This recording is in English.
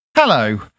Hello